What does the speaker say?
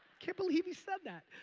can't believe he said that.